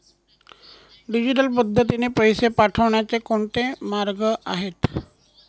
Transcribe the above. Digital पद्धतीने पैसे पाठवण्याचे कोणते मार्ग आहेत?